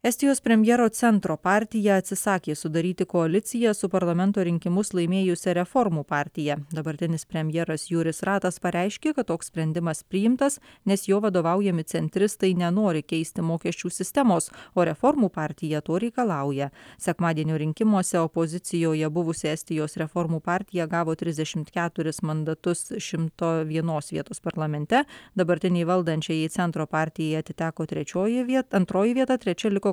estijos premjero centro partija atsisakė sudaryti koaliciją su parlamento rinkimus laimėjusia reformų partija dabartinis premjeras jūris ratas pareiškė kad toks sprendimas priimtas nes jo vadovaujami centristai nenori keisti mokesčių sistemos o reformų partija to reikalauja sekmadienio rinkimuose opozicijoje buvusi estijos reformų partija gavo trisdešimt keturis mandatus šimto vienos vietos parlamente dabartinei valdančiajai centro partijai atiteko trečioji vieta antroji vieta trečia liko